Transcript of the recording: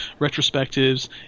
retrospectives